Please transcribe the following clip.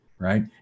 Right